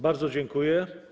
Bardzo dziękuję.